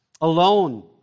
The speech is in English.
alone